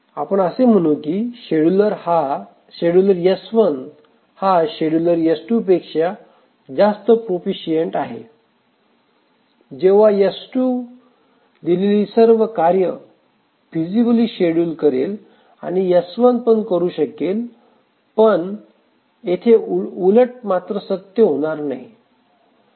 आपण असे म्हणू की शेड्युलर S1 हा शेड्युलर S2 पेक्षा जास्त प्रोफीशिएंट आहे जेव्हा S2 दिलेली सर्व कार्ये फिसिबली शेडूल करेल आणि S1 पण करू शकेल पण उलटे मात्र सत्य होणार नाही